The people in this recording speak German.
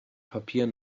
papier